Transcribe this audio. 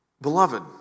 Beloved